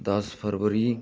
ਦਸ ਫਰਵਰੀ